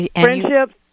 Friendships